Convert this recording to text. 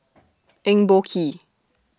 Eng Boh Kee